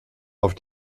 auf